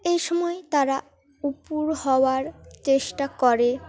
এই সময় তারা উপুর হওয়ার চেষ্টা করে